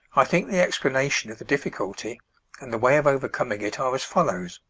i think the explanation of the difficulty and the way of overcoming it are as follows